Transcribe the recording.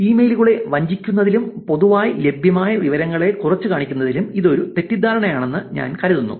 ഇമെയിലുകളെ വഞ്ചിക്കുന്നതിലും പൊതുവായി ലഭ്യമായ വിവരങ്ങളെ കുറച്ചുകാണുന്നതിലും ഇത് ഒരു തെറ്റിദ്ധാരണയാണെന്ന് ഞാൻ കരുതുന്നു